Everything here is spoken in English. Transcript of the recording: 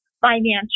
financial